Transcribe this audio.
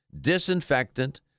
disinfectant